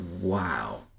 wow